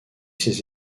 ses